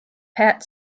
pat